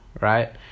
right